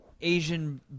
Asian